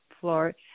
floor